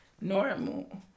normal